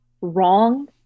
wrong